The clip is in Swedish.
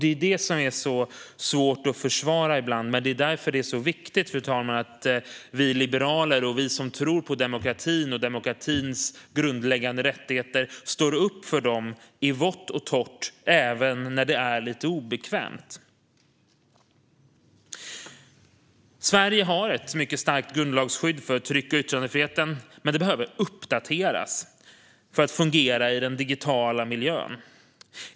Det är detta som är så svårt att försvara ibland. Därför är det viktigt att vi liberaler och andra som tror på demokratin och dess grundläggande rättigheter står upp för det i vått och torrt, även när det är lite obekvämt. Sverige har ett mycket starkt grundlagsskydd för tryck och yttrandefriheten, men det behöver uppdateras för att fungera i den digitala miljön.